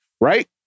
right